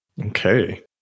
Okay